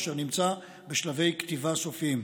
אשר נמצא בשלבי כתיבה סופיים.